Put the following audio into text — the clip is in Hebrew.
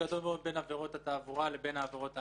עבירות התעבורה לבין העבירות הללו.